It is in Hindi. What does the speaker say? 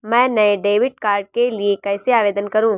मैं नए डेबिट कार्ड के लिए कैसे आवेदन करूं?